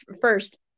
first